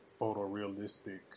photorealistic